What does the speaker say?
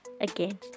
again